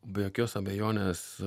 be jokios abejonės